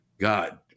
God